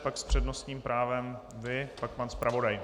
Pak s přednostním právem vy, pak pan zpravodaj.